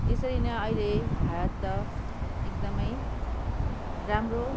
यसरी नै अहिले भारत त एकदमै राम्रो